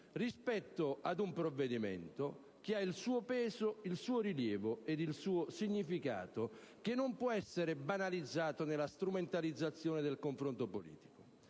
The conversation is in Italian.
rispetto ad un provvedimento che ha il suo peso, il suo rilievo ed il suo significato, che non può essere banalizzato nella strumentalizzazione del confronto politico.